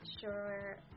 sure